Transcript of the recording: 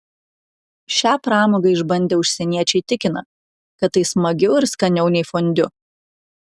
šią pramogą išbandę užsieniečiai tikina kad tai smagiau ir skaniau nei fondiu